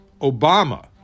Obama